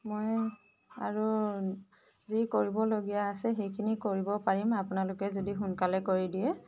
মই আৰু যি কৰিবলগীয়া আছে সেইখিনি কৰিব পাৰিম আপোনালোকে যদি সোনকালে কৰি দিয়ে